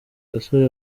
gasore